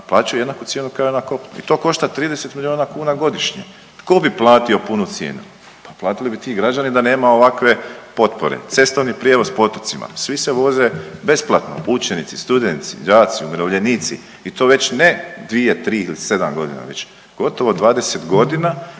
plaćaju jednaku cijenu kao i na kopnu. I to košta 30 miliona kuna godišnje. Tko bi platio punu cijenu? Pa platili bi ti građani da nema ovakve potpore. Cestovni prijevoz po otocima. Svi se voze besplatno. Učenici, studenti, đaci, umirovljenici i to već ne 2, 3 ili 7 godina već gotovo 20 godina